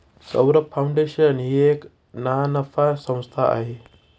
Saurabh foundation ही एक ना नफा संस्था आहे